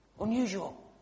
Unusual